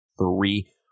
three